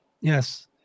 Yes